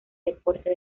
deporte